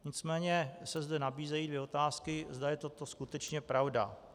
Nicméně se zde nabízejí dvě otázky, zda je to skutečně pravda.